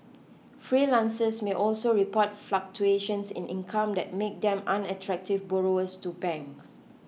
freelancers may also report fluctuations in income that make them unattractive borrowers to banks